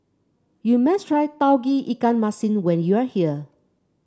you must try Tauge Ikan Masin when you are here